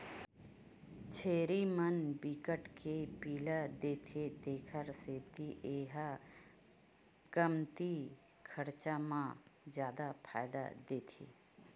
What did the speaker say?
छेरी मन बिकट के पिला देथे तेखर सेती ए ह कमती खरचा म जादा फायदा देथे